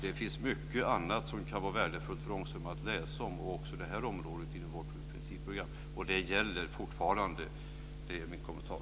Det finns mycket annat som kan vara värdefullt för Ångström att läsa om det här området i vårt principprogram. Det gäller fortfarande. Det är min kommentar.